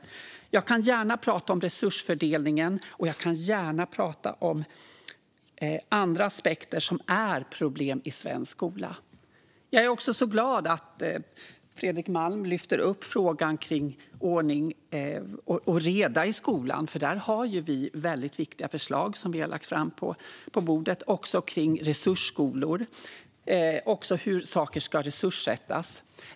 Jag kan gärna prata om resursfördelningen, och jag kan gärna prata om andra aspekter som är problem i svensk skola. Jag är glad att Fredrik Malm lyfter upp frågan om ordning och reda i skolan. Där har vi väldigt viktiga förslag som vi har lagt på bordet. Vi har också lagt fram förslag kring resursskolor och hur saker ska resurssättas.